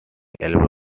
album